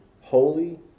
holy